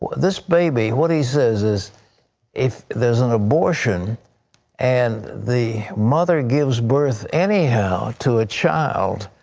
this baby, what he says is if there is an abortion and the mother gives birth anyhow to a child,